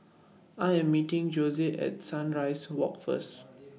I Am meeting Josiah At Sunrise Walk First